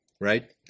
right